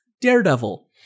Daredevil